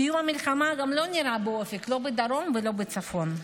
סיום המלחמה לא נראה באופק, לא בדרום ולא בצפון.